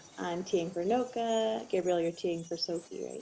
i'm taing for anoka. gabriel, you're taing for sophy, right?